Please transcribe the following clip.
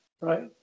right